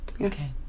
okay